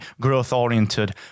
growth-oriented